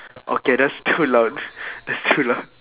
okay that's too loud that's too loud